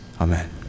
amen